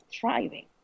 thriving